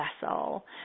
vessel